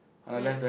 wait